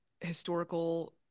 historical